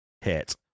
hit